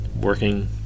working